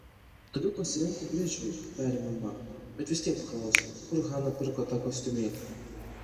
turiu pasirengti bridžui tarė mama bet vis tiek paklausiu kur hana pirko tą kostiumėlį